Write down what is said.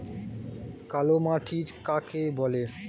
কালোমাটি কাকে বলে?